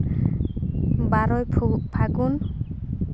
ᱵᱟᱨᱚᱭ ᱯᱷᱟᱹᱜᱩᱱ